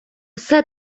все